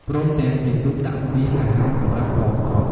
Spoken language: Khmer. ព្រមទាំង ជាទូកដាក់ស្បៀង អាហារសម្រាប់ កងទ័ព។